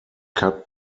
cut